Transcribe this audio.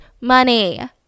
money